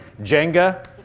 Jenga